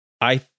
I